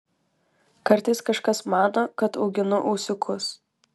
kartais kažkas mano kad auginu ūsiukus